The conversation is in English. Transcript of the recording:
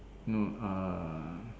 no eh